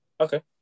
Okay